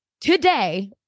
today